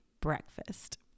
breakfast